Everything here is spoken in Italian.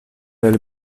delle